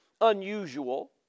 unusual